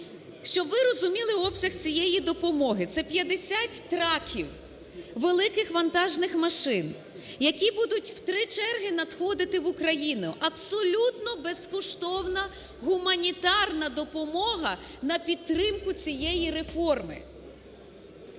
Щоб ви розуміли обсяг цієї допомоги, це 50 "траків", великих вантажних машин, які будуть в три черги надходити в Україну. Абсолютно безкоштовна гуманітарна допомога на підтримку цієї реформи.